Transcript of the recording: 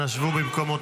אנא שבו במקומותיכם.